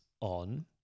on